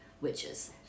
witches